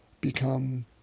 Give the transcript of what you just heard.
become